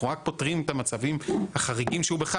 אנחנו רק פותרים את המצבים החריגים שהוא בכלל